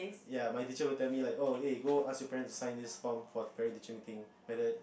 ya my teacher always tell me like oh eh go ask you parent to sign this form for parent teaching meeting like that